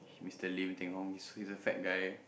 Mr Lim-Teng-Hong who is who is a fat guy